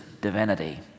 divinity